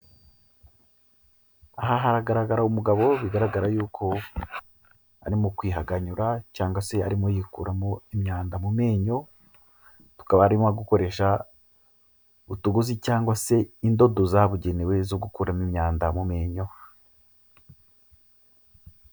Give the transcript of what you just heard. Aha hagaragara umugabo bigaragara yuko arimo kwihaganyura cyangwa se arimo yikuramo imyanda mu menyo, akaba arimo gukoresha utuguzi cyangwa se indodo zabugenewe zo gukuramo imyanda mu menyo.